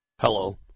Hello